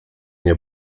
nie